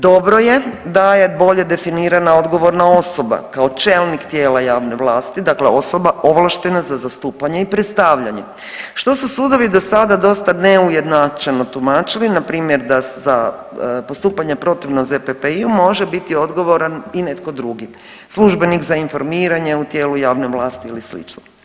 Dobro je da je bolje definirana odgovorna osoba kao čelnik tijela javne vlasti, dakle osoba ovlaštena za zastupanje i predstavljanje što su sudovi dosada dosta neujednačeno tumačili npr. da za postupanja protivno ZPPI može biti odgovoran i netko drugi, službenik za informiranje u tijelu javne vlasti ili slično.